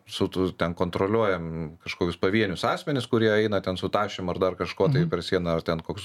su tu ten kontroliuojam kažkokius pavienius asmenis kurie eina ten su tašėm ar dar kažko per sieną ar ten koks